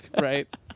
Right